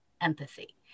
empathy